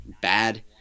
bad